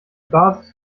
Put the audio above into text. basis